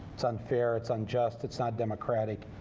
it's unfair. it's unjust. it's not democratic.